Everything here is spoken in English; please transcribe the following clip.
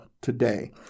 today